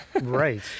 Right